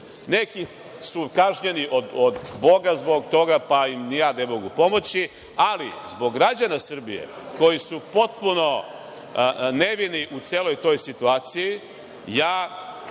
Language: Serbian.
Neki su kažnjeni od Boga zbog toga, pa im i ja ne mogu pomoći, ali zbog građana Srbije koji su potpuno nevini u celoj toj situaciji, ja